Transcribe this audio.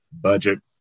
budget